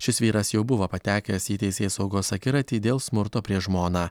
šis vyras jau buvo patekęs į teisėsaugos akiratį dėl smurto prieš žmoną